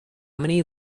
many